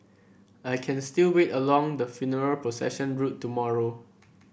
I can still wait along the funeral procession route tomorrow